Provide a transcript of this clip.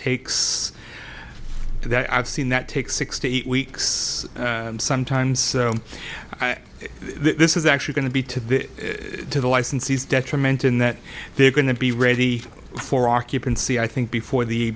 takes that i've seen that take six to eight weeks sometimes this is actually going to be to the to the licensees detrimental in that they're going to be ready for occupancy i think before the